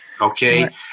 okay